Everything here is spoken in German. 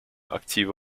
aktive